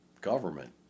government